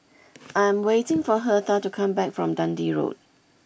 I'm waiting for Hertha to come back from Dundee Road